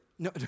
No